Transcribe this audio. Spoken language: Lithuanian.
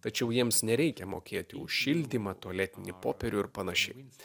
tačiau jiems nereikia mokėti už šildymą tualetinį popierių ir panašiai